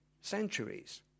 centuries